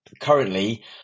currently